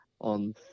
on